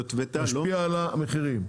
משפיע על המחירים,